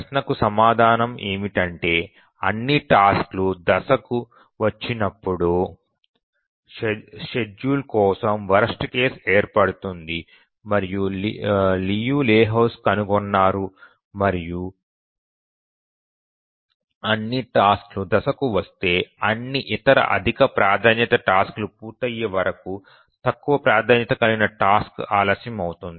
ప్రశ్నకు సమాధానం ఏమిటంటే అన్ని టాస్క్ లు దశకు వచ్చినప్పుడు షెడ్యూల్ కోసం వరస్ట్ కేసు ఏర్పడుతుందని లియు లెహోజ్కీ కనుగొన్నారు మరియు అన్ని టాస్క్ లు దశకు వస్తే అన్ని ఇతర అధిక ప్రాధాన్యత టాస్క్ లు పూర్తయ్యే వరకు తక్కువ ప్రాధాన్యత కలిగిన టాస్క్ ఆలస్యం అవుతుంది